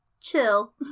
chill